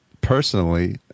personally